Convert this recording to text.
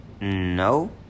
no